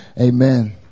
Amen